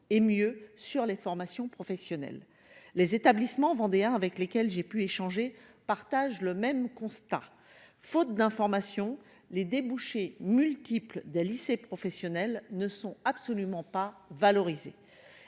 et « mieux » sur les formations professionnelles. Les établissements vendéens avec lesquels j'ai pu échanger partagent le même constat : faute d'information, les débouchés multiples des lycées professionnels ne sont absolument pas valorisés,